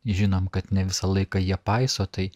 žinom kad ne visą laiką jie paiso tai